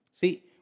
See